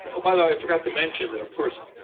oh, by the way, i forgot to mention that, of course,